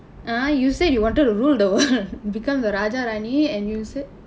ah you said you wanted to rule the world became the raja rani raani and you said